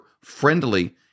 friendly